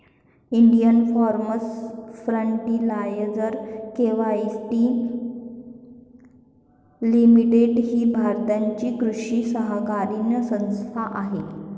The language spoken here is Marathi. Indian farmers fertiliser quality limited ही भारताची कृषी सहकारी संस्था आहे